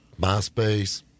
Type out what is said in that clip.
MySpace